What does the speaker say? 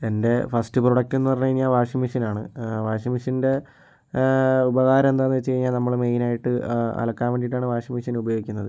എൻ്റെ first product എന്ന് പറഞ്ഞു കഴിഞ്ഞാൽ വാഷിംഗ് മെഷീനാണ് വാഷിംഗ് മെഷീൻ്റെ ഉപകാരം എന്താണെന്ന് വച്ചു കഴിഞ്ഞാൽ നമ്മൾ മെയിനായിട്ട് അലക്കാൻ വേണ്ടിയിട്ടാണ് വാഷിംഗ് മെഷീൻ ഉപയോഗിക്കുന്നത്